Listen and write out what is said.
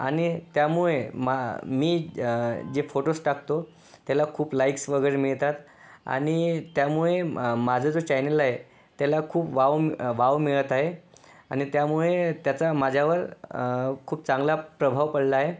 आणि त्यामुळे मा मी जे फोटोज् टाकतो त्याला खूप लाईक्स वगैरे मिळतात आणि त्यामुळे माझं जे चॅनल आहे त्याला खूप वाव वाव मिळत आहे आणि त्यामुळे त्याचा माझ्यावर खूप चांगला प्रभाव पडला आहे